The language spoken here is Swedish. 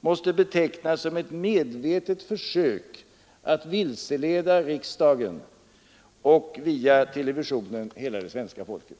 måste betecknas som ett medvetet försök att vilseleda riksdagen och, via televisionen, hela det svenska folket.